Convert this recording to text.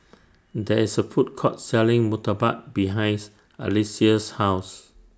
There IS A Food Court Selling Murtabak behinds Alycia's House